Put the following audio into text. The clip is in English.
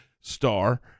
Star